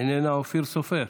איננה, אפיר סופר,